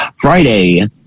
Friday